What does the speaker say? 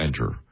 enter